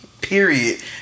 period